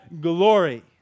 glory